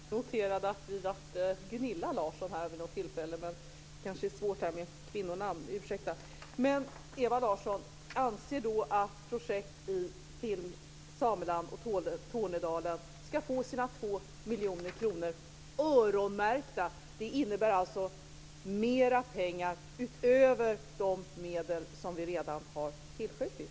Herr talman! Jag noterade att Åke Gustavsson kallade mig för Gunilla Larsson vid något tillfälle. Det kanske är svårt med kvinnonamn. Men Ewa Larsson anser att projektet Film i Sameland och Tornedalen ska få sina 2 miljoner kronor öronmärkta. Det innebär alltså mer pengar utöver de medel som vi redan har tillskjutit.